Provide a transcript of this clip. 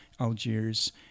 Algiers